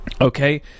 okay